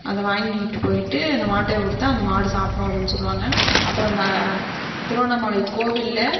அதை வாங்கிக்கிட்டுப் போய்ட்டு அந்த மாட்டுக்குக்கொடுத்தா அந்த மாடு சாப்பிடும் அதுன்னு சொல்லுவாங்க அப்புறம் அந்த திருவண்ணாமலைக் கோவில்ல